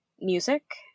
music